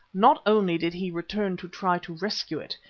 not only did he return to try to rescue it,